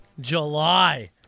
July